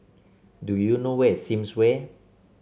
do you know where is Sims Way